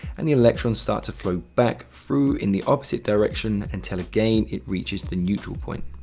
and the electrons start to flow back through in the opposite direction until again it reaches the neutral point.